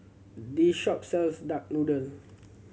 this shop sells duck noodle